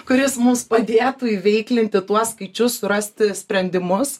kuris mums padėtų įveiklinti tuos skaičius surasti sprendimus